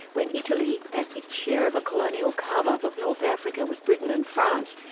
when italy, as its share of a colonial carve-up of north africa with britain and france,